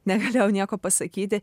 negalėjau nieko pasakyti